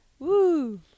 Woo